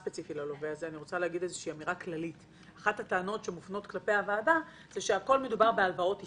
אחת הטענות שמופנות כלפי הוועדה זה שמדובר בהלוואות היסטוריות,